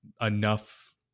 enough